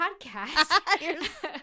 podcast